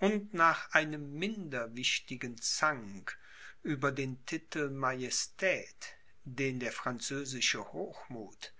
und nach einem minder wichtigen zank über den titel majestät den der französische hochmuth